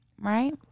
Right